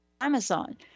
Amazon